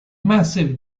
massive